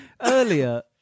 Earlier